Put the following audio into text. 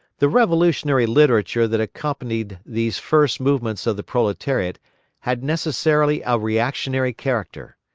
the revolutionary literature that accompanied these first movements of the proletariat had necessarily a reactionary character.